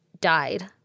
died